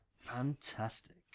Fantastic